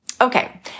Okay